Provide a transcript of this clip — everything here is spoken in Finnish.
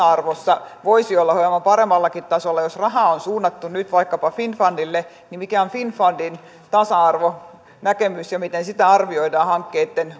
arvossa voisi olla hieman paremmallakin tasolla jos rahaa on suunnattu nyt vaikkapa finnfundille niin mikä on finnfundin tasa arvonäkemys ja miten sitä arvioidaan hankkeitten